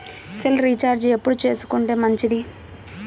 Cell recharge ఎప్పుడు చేసుకొంటే మంచిది?